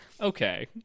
okay